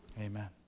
Amen